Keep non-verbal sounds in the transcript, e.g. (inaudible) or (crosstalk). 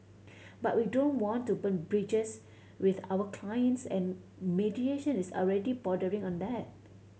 (noise) but we don't want to burn bridges with our clients and mediation is already bordering on that